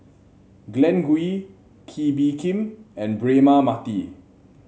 Glen Goei Kee Bee Khim and Braema Mathi